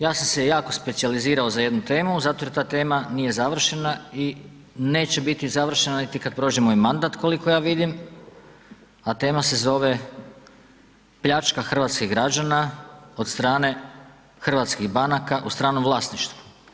Ja sam se jako specijalizirao za jednu temu, zato jer ta tema nije završena i neće biti završena niti kad prođe moj mandat, koliko ja vidim, a tema se zove pljačka hrvatskih građana od strane hrvatskih banaka u stranom vlasništvu.